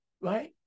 right